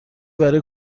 برای